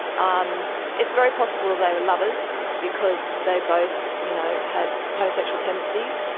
um it's very possible they were lovers because they both, you know, had homosexual tendencies.